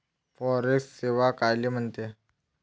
Forex सेवा कायले म्हनते?